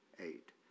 eight